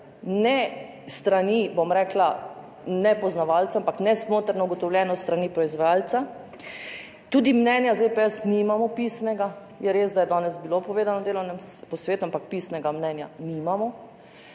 ne s strani, bom rekla nepoznavalca, ampak nesporno ugotovljeno s strani proizvajalca. Tudi pisnega mnenja ZPS nimamo. Je res, da je danes bilo povedano na delovnem posvetu, ampak pisnega mnenja nimamo.